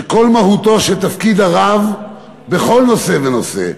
שכל מהותו של תפקיד הרב בכל נושא ונושא,